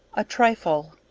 a trifle.